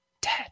dead